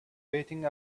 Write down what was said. waiting